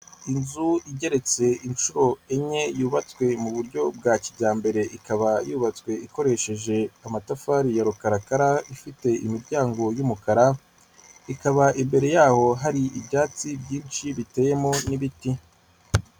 Inzu igeretse inshuro enye yubatswe mu buryo bwa kijyambere, ikaba yubatswe ikoresheje amatafari ya rukarakara, ifite imiryango y'umukara; ikaba imbere yaho hari ibyatsi byinshi biteyemo n'ibiti.